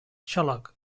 xaloc